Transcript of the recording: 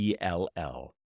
ell